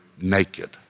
naked